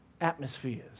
atmospheres